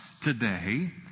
today